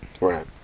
Right